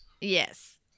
Yes